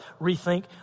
rethink